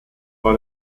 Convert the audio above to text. war